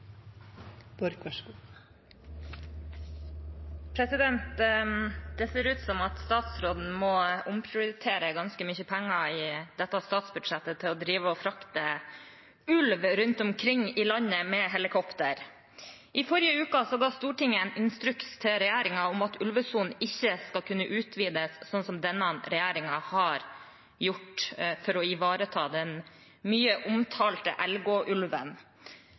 Det ser ut som statsråden må omprioritere ganske mye penger i dette statsbudsjettet til å drive og frakte ulv rundt omkring i landet med helikopter. I forrige uke ga Stortinget en instruks til regjeringen om at ulvesonen ikke skal kunne utvides, slik denne regjeringen har gjort for å ivareta den mye omtalte